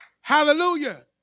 Hallelujah